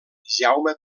jaume